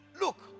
Look